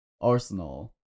Arsenal